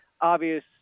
obvious